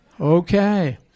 Okay